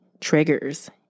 triggers